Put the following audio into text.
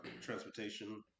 transportation